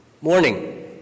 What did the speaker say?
Morning